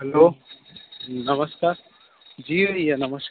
hello नमस्कार जी भैया नमस्कार